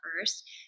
first